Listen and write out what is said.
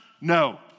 No